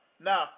Now